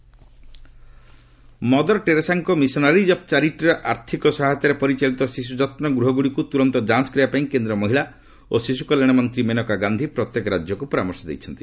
Maneka mother ଟେରେଶାଙ୍କ missionaries of ଚାରିଟିର ଆର୍ଥିକ ସହାୟତାରେ ପରିଚାଳିତ ଶିଶୁ ଯତ୍ନ ଗୃହଗୁଡ଼ିକୁ ତୁରନ୍ତ ଯାଞ୍ଚ କରିବା ପାଇଁ କେନ୍ଦ୍ର ମହିଳା ଓ ଶିଶୁ କଲ୍ୟାଣ ମନ୍ତ୍ରୀ ମେନକା ଗାନ୍ଧି ପ୍ରତ୍ୟେକ ରାଜ୍ୟକୁ ପରାମର୍ଶ ଦେଇଛନ୍ତି